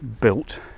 built